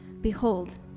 Behold